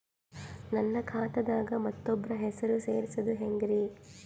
ನನ್ನ ಖಾತಾ ದಾಗ ಮತ್ತೋಬ್ರ ಹೆಸರು ಸೆರಸದು ಹೆಂಗ್ರಿ?